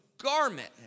garment